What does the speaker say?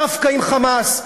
דווקא עם "חמאס",